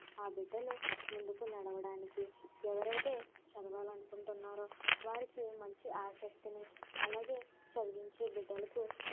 ఆ బిడ్డలు ముందుకు నడవడానికి ఎవరైతే చదవాలనుకుంటున్నారో వారికి మంచి ఆసక్తిని అలాగే చదివించే బిడ్డలకు